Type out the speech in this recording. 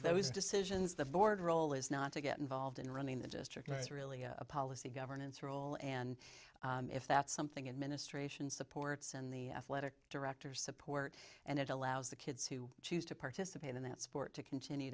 those decisions the board role is not to get involved in running the district that's really a policy governance role and if that's something administration supports and the athletic directors support and it allows the kids who choose to participate in that sport to continue